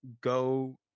go